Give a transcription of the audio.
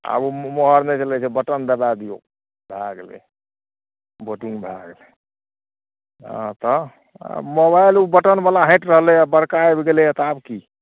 आब ओ मोहर नहि छलै से बटन दबै दिऔ भए गेलै वोटिन्ग भए गेलै हँ तऽ मोबाइल ओ बटनवला हटि रहलै आओर बड़का आबि गेलैए तऽ आब कि